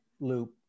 loop